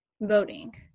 voting